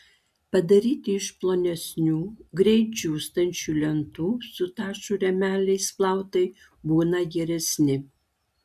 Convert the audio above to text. padaryti iš plonesnių greit džiūstančių lentų su tašų rėmeliais plautai būna geresni